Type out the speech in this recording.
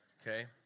Okay